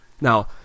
Now